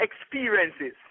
experiences